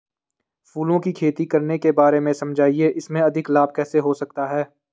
फूलों की खेती करने के बारे में समझाइये इसमें अधिक लाभ कैसे हो सकता है?